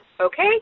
Okay